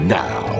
now